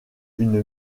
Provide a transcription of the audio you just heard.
une